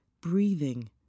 breathing